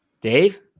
Dave